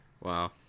wow